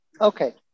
Okay